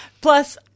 Plus